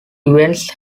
events